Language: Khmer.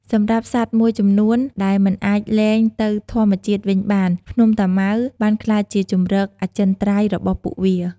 សម្រាប់សត្វមួយចំនួនដែលមិនអាចលែងទៅធម្មជាតិវិញបាន ភ្នំតាម៉ៅបានក្លាយជាជម្រកអចិន្ត្រៃយ៍របស់ពួកវា។